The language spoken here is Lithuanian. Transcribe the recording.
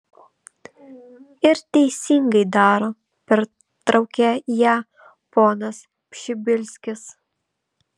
ir teisingai daro pertraukė ją ponas pšibilskis